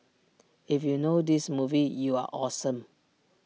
if you know this movie you're awesome